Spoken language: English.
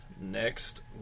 next